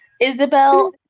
Isabel